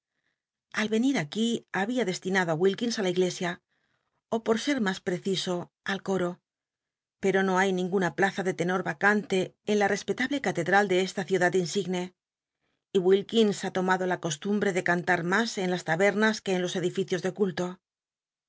al y cnir aquí babia destinado á á la i lesia ó por ser mas precio no hay ninguna plaza de tenor so al coro per yacanle en la respetable catedral de esta ciudad insigne y wilkins ha tomado la costumbre de cantar mas en las labernas que en los edificios del culto